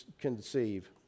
conceive